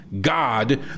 God